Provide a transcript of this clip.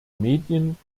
medien